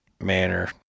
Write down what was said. manner